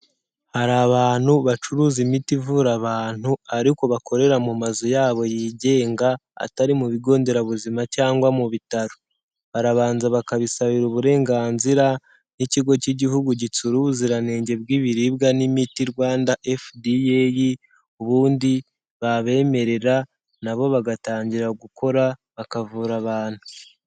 Hari abantu bacuruza imiti ivura abantu ariko bakorera mu mazu yabo yigenga atari mu bigo nderabuzima cyangwa mu bitaro, barabanza bakabisabira uburenganzira n'ikigo cy'igihugu gitsura ubuziranenge bw'ibiribwa n'imiti Rwanda FDA, ubundi babemerera na bo bagatangira gukora bakavura abantu.